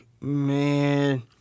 man